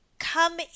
Come